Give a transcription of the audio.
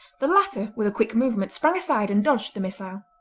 the latter, with a quick movement, sprang aside and dodged the missile.